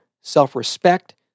self-respect